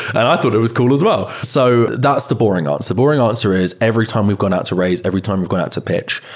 and i thought it was cool as well. so that's the boring ah answer. the boring ah answer is every time we've gone out to raise, every time we've gone out to pitch,